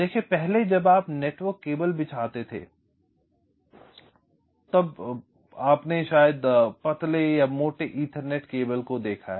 देखें पहले जब आप नेटवर्क केबल बिछाते थे जिन्होंने उन पतले और मोटे ईथरनेट केबल को देखा है